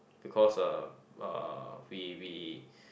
because uh we we